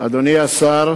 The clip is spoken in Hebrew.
אדוני השר,